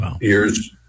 year's